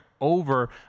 over